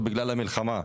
או בגלל המלחמה,